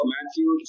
Matthew